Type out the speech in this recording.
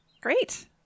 Great